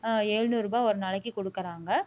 எழுநூறு ரூபாய் ஒரு நாளைக்கு கொடுக்கறாங்க